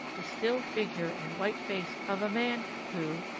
the still figure and white face of a man who,